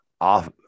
off